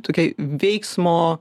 tokiai veiksmo